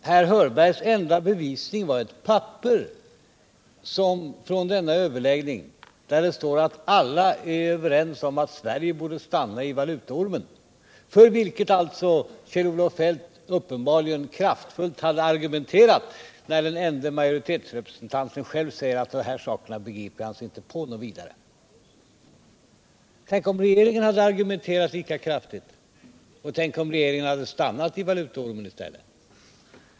Herr Hörbergs enda bevisning var ett papper från denna överläggning, där det står att alla är överens om att Sverige borde stanna i valutaormen, för vilket alltså Kjell-Olof Feldt uppenbarligen kraftfullt hade argumenterat när den ende majoritetsrepresentanten själv sade att han inte begriper sig på sådana här saker något vidare. Tänk om regeringen hade agerat lika kraftigt och tänk om regeringen hade stannat i valutaormen i stället!